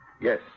Yes